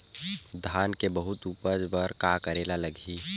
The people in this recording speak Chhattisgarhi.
धान के बहुत उपज बर का करेला लगही?